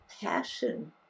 passion